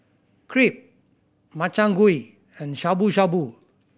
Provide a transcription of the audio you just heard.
Crepe Makchang Gui and Shabu Shabu